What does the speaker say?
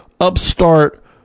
upstart